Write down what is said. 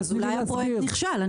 אז אולי הפרויקט נכשל.